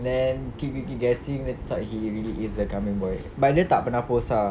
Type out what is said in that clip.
and then keep keep keep guessing then thought he really is the kambing boy but dia tak pernah post ah